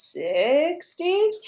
60s